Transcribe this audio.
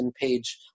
page